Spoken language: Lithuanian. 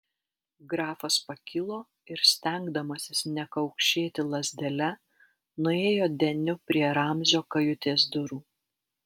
grafas pakilo ir stengdamasis nekaukšėti lazdele nuėjo deniu prie ramzio kajutės durų